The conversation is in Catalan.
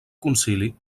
concili